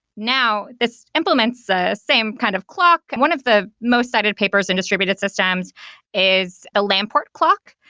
now, this implements the same kind of clock. and one of the most cited papers in distributed systems is a lamport clock,